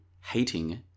hating